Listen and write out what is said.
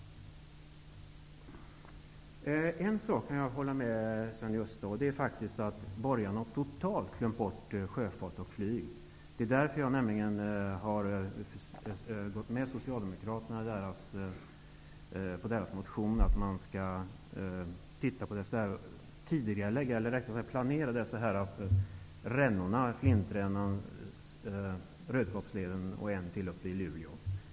På en punkt kan jag hålla med Sven-Gösta Signell: Borgarna har totalt glömt sjöfarten och flyget. Därför har jag anslutit mig till Socialdemokraternas motion om en planering av Flintrännan, Rödkobbsleden och en ränna uppe i Luleå.